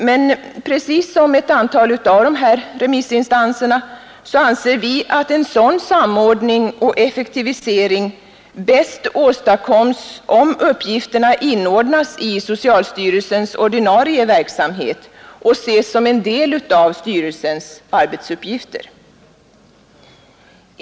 Men precis som ett antal remissinstanser anser vi att en sådan samordning och effektivisering bäst åstadkommes om uppgifterna inordnas i socialstyrelsens ordinarie verksamhet och betraktas som en del av styrelsens arbetsuppgifter.